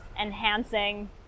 enhancing